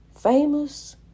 Famous